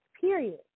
period